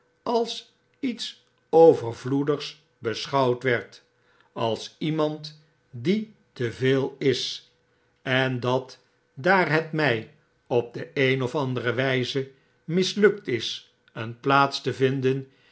als iets overvloedigs beschouwd werd als iemand die te veel is en dat daar het mij op de een of andere wgze mislukt is een plaats te vinden